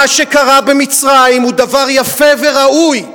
מה שקרה במצרים זה דבר יפה וראוי,